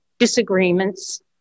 disagreements